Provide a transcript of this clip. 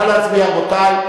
נא להצביע, רבותי.